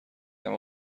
اما